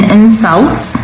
insults